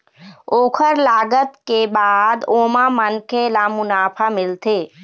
ओखर लागत के बाद ओमा मनखे ल मुनाफा मिलथे